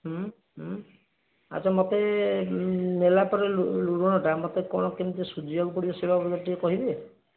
ହୁଁ ହୁଁ ଆଚ୍ଛା ମୋତେ ନେଲା ପରେ ଋଣଟା ମୋତେ କ'ଣ କେମିତି ସୁଜିଆକୁ ପଡ଼ିବ ସେ ବାବଦରେ ଟିକେ କହିବେ